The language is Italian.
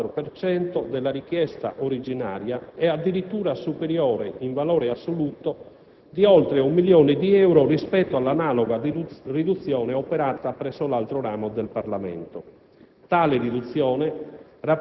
per cento della richiesta originaria e addirittura superiore, in valore assoluto, di oltre un milione di euro rispetto all'analoga riduzione operata presso l'altro ramo del Parlamento.